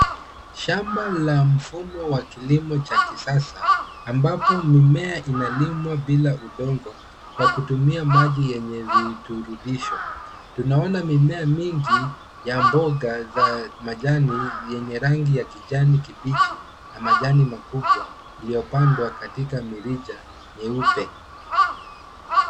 Shamba la mfumo wa kilimo cha kisasa ambapo mimea inalimwa bila udongo kwa kutumia maji yenye virutubisho ,tunaona mimea mingi ya mboga za majani zenye rangi ya kijani kibichi na majani makubwa iliyopangwa katika mirija myeupe.